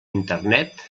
internet